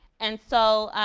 and so,